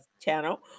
channel